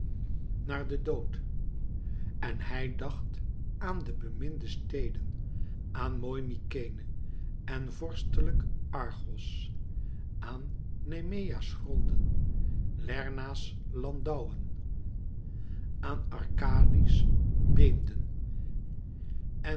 naar den dood en hij dacht aan de beminde steden aan mooi mykenæ en vorstelijk argos aan nemea's gronden lerna's landouwen aan arkadië's beemden